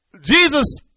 Jesus